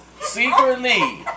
Secretly